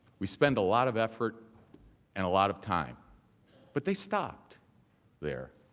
we spend a lot of effort and a lot of time but they stopped there.